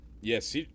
Yes